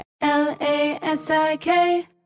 L-A-S-I-K